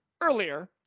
earlier